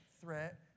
threat